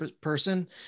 person